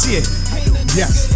Yes